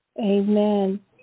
Amen